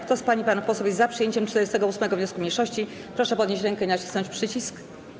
Kto z pań i panów jest za przyjęciem 48. wniosku mniejszości, proszę podnieść rękę i nacisnąć przycisk.